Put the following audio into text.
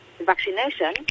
vaccination